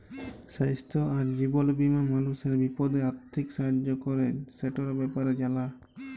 স্বাইস্থ্য আর জীবল বীমা মালুসের বিপদে আথ্থিক সাহায্য ক্যরে, সেটর ব্যাপারে জালা